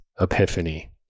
epiphany